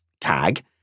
tag